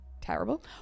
terrible